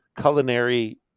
culinary